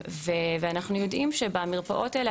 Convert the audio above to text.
ואנחנו יודעים שבמרפאות האלה,